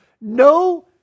no